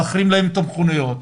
להחרים להם את המכוניות.